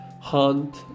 hunt